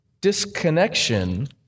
disconnection